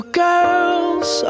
girls